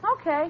Okay